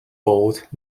both